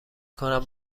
کنم